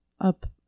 up